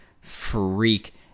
freak